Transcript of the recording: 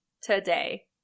today